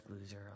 loser